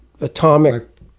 atomic